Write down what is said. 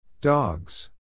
Dogs